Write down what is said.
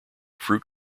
fruit